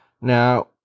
now